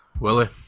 Willie